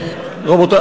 תודה,